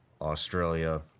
Australia